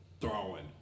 throwing